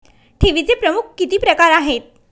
ठेवीचे प्रमुख किती प्रकार आहेत?